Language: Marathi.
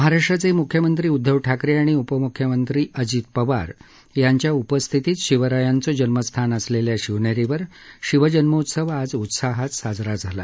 महाराष्ट्राचे मुख्यमंत्री उद्धव ठाकरे आणि उपमुख्यमंत्री अजित पवार यांच्या उपस्थितीत शिवरायांचं जन्मस्थान असलेल्या शिवनेरीवर शिवजन्मोत्सव आज उत्साहात साजरा झाला